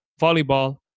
volleyball